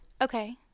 Okay